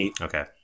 Okay